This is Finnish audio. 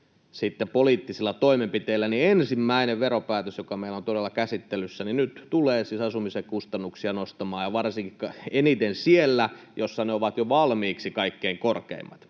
nosteta poliittisilla toimenpiteillä, niin ensimmäinen veropäätös, joka meillä on todella käsittelyssä, nyt tulee siis asumisen kustannuksia nostamaan, ja eniten siellä, missä ne ovat jo valmiiksi kaikkein korkeimmat.